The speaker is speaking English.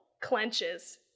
clenches